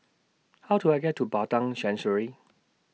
How Do I get to Padang Chancery